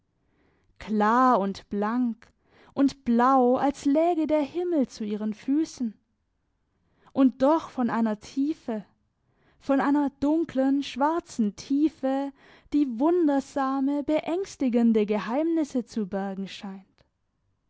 klar und blank und blau als läge der himmel zu ihren füssen und doch von einer tiefe von einer dunklen schwarzen tiefe die wundersame beängstigende geheimnisse zu bergen scheint